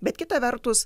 bet kita vertus